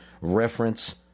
reference